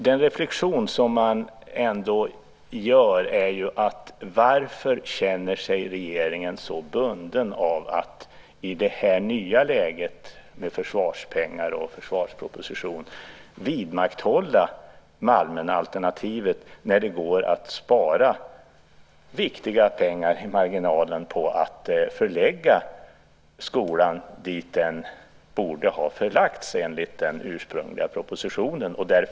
Den reflexion som man ändå gör är ju: Varför känner sig regeringen så bunden av att, i det här nya läget med försvarspengar och försvarsproposition, vidmakthålla Malmenalternativet när det går att spara viktiga pengar i marginalen på att förlägga skolan dit den borde ha förlagts enligt den ursprungliga propositionen?